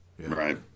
Right